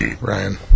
Ryan